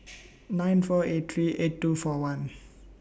nine four eight three eight two four one